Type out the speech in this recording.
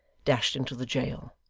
dashed into the jail.